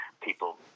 people